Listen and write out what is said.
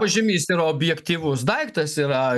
pažymys yra objektyvus daiktas yra